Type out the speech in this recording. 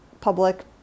public